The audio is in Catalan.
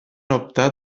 optar